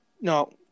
No